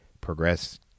progress